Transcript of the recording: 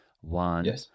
one